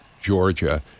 Georgia